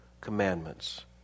commandments